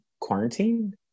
quarantine